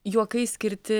juokai skirti